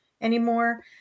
anymore